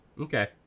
Okay